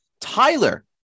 Tyler